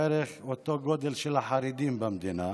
בערך אותו גודל של החרדים במדינה.